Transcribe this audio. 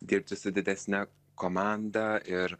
dirbti su didesne komanda ir